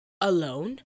alone